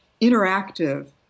interactive